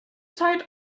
zeit